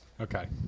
Okay